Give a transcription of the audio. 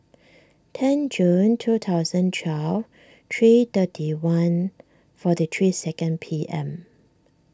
ten June two thousand twelve three thirty one forty three second P M